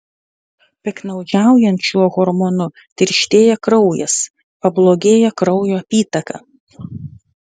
piktnaudžiaujant šiuo hormonu tirštėja kraujas pablogėja kraujo apytaka